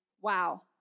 wow